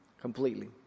completely